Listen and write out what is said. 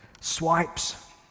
swipes